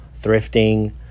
thrifting